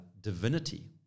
divinity